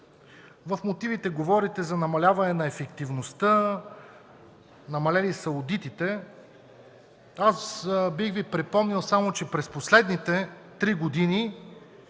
В мотивите говорите за намаляване на ефективността, намалени са одитите. Аз бих Ви припомнил само, че през последните три години,